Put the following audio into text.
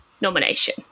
nomination